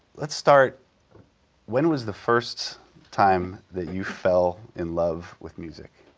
let's start when was the first time that you fell in love with music?